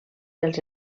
els